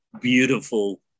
beautiful